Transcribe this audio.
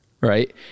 right